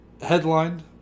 Headlined